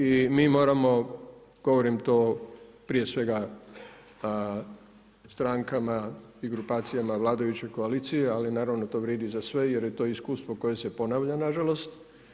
I mi moramo, govorim to prije svega strankama i grupacijama vladajuće koalicije, ali naravno to vrijedi i za sve jer je to iskustvo koje se ponavlja nažalost.